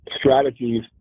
strategies